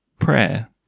prayer